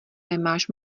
nemáš